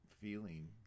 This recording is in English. feeling